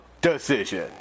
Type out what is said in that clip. decision